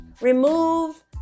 Remove